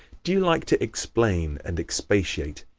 do you like to explain and expatiate?